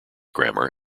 grammar